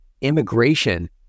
immigration